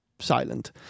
silent